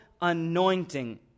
anointing